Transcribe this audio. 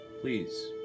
Please